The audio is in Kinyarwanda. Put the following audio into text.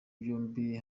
byombi